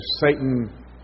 Satan